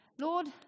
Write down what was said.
Lord